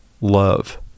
love